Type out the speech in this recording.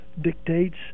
dictates